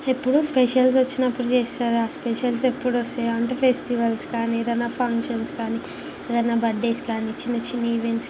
ఎప్పుడు స్పెషల్సొచ్చినప్పుడు చేస్తుందా స్పెషల్స్ ఎప్పుడొస్తాయంటే ఫెస్టివల్స్ కాని ఏదయినా ఫంక్షన్స్ కాని ఏదయినా బర్డేస్ కాని చిన్న చిన్ని ఈవెంట్స్కి